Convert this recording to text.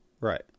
right